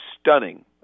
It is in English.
stunning